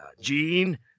gene